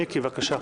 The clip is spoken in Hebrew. מיקי, בבקשה.